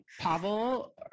Pavel